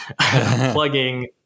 plugging